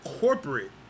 corporate